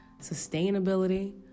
sustainability